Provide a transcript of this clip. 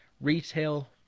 retail